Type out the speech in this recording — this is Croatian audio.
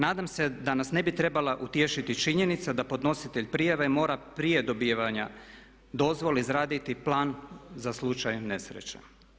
Nadam se da nas ne bi trebala utješiti činjenica da podnositelj prijave mora prije dobivanja dozvole izraditi plan za slučaj nesreća.